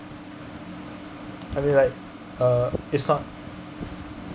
I mean like uh it's not